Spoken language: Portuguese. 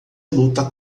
luta